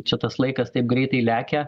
čia tas laikas taip greitai lekia